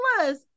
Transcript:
plus